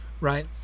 right